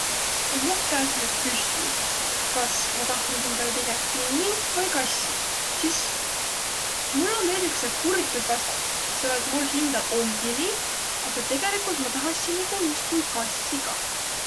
Ku muq käest nüüd küssüq, kas ma tahtnuq hindäle pigem pinni vai kassi, sis mul om veidükese kurb tuud vastata, selle et mul hindäl om pini, aga tegelikult ma tahasi nigu justkui kassi kah.